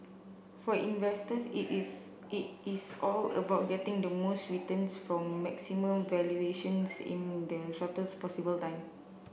for investors it is it is all about getting the most returns from maximum valuations in the shortest possible time